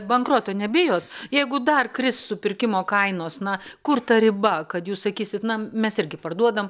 bankroto nebijot jeigu dar kris supirkimo kainos na kur ta riba kad jūs sakysite na mes irgi parduodam